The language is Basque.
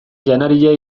janaria